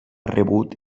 rebut